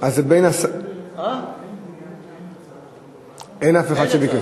אז זה בין, אין אף אחד שביקש.